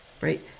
right